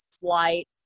flight